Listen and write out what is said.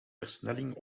versnelling